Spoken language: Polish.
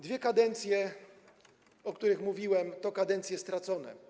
Dwie kadencje, o których mówiłem, to kadencje stracone.